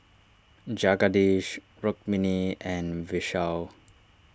Jagadish Rukmini and Vishal